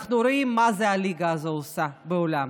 אנחנו רואים מה הליגה הזו עושה בעולם.